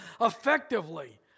effectively